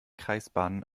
kreisbahnen